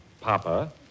papa